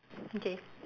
okay